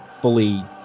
fully